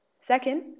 Second